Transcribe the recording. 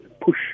push